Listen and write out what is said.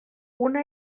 una